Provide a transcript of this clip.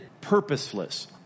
purposeless